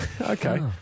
Okay